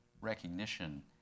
recognition